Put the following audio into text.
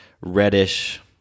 reddish